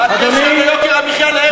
מה הקשר בין יוקר המחיה להרצל?